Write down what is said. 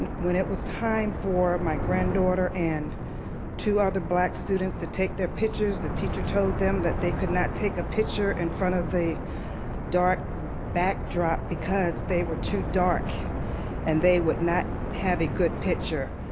and when it was time for my granddaughter and two other black students to take their pictures, the teacher told them that they could not take a picture in front of the dark backdrop because they were too dark and they would not have a good picture,